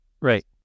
Right